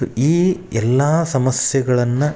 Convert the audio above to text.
ಈ ಎಲ್ಲ ಸಮಸ್ಯೆಗಳನ್ನು